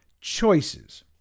choices